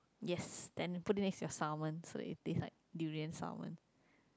yes then put it next to your salmon so it taste like durian salmon